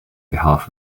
behalf